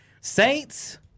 Saints